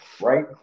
right